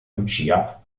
lucia